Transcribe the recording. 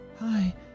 hi